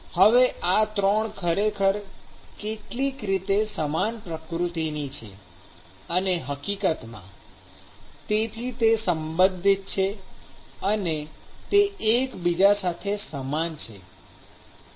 હવે આ 3 ખરેખર કેટલીક રીતે સમાન પ્રકૃતિ ની છે અને હકીકતમાં તેથી તે સંબંધિત છે અને તે એકબીજા સાથે સમાન છે